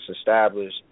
established